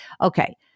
Okay